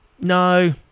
No